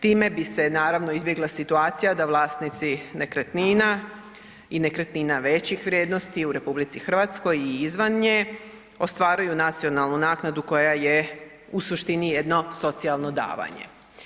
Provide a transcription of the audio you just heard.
Time bi se izbjegla situacija da vlasnici nekretnina i nekretnina većih vrijednosti u RH i izvan nje, ostvaruju nacionalnu naknadu koja je u suštini jedno socijalno davanje.